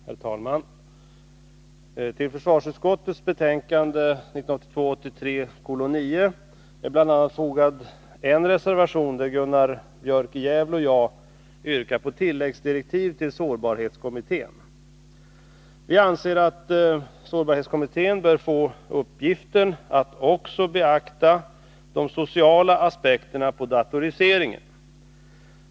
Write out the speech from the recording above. Herr talman! Till försvarsutskottets betänkande 1982/83:9 är bl.a. fogat en reservation där Gunnar Björk i Gävle och jag yrkar på tilläggsdirektiv till sårbarhetskommittén. Vi anser att sårbarhetskommittén bör få uppgiften att också beakta de sociala aspekterna på datoriseringen.